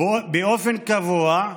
באופן קבוע,